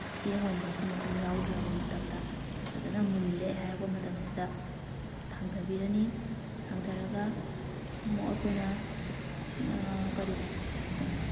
ꯆꯦꯡ ꯑꯣꯏꯅ ꯃꯄꯨꯝ ꯃꯄꯨꯝ ꯌꯥꯎꯗ꯭ꯔꯕ ꯃꯇꯝꯗ ꯐꯖꯅ ꯃꯨꯜꯂꯦ ꯍꯥꯏꯔꯛꯄ ꯃꯇꯝꯁꯤꯗ ꯊꯥꯡꯊꯕꯤꯔꯅꯤ ꯊꯥꯡꯊꯔꯒ ꯑꯃꯨꯛ ꯑꯩꯈꯣꯏꯅ ꯀꯔꯤ